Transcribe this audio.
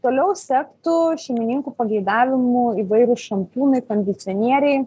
toliau sektų šeimininkų pageidavimu įvairūs šampūnai kondicionieriai